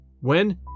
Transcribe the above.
when